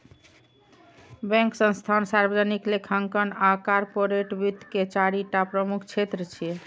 bank, संस्थान, सार्वजनिक लेखांकन आ कॉरपोरेट वित्त के चारि टा प्रमुख क्षेत्र छियै